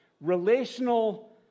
relational